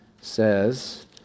says